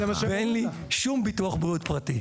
ואין לי שום ביטוח בריאות פרטי.